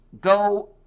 Go